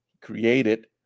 created